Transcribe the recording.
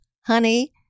honey